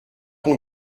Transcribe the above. ton